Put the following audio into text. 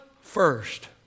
first